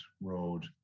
road